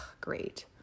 great